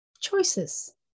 choices